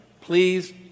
Please